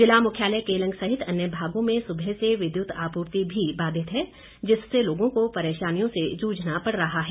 जिला मुख्यालय केलंग सहित अन्य भागों में सुबह से विद्युत आपूर्ति भी बाधित है जिससे लोगों को परेशानियों से जूझना पड़ रहा है